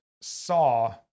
saw